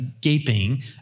gaping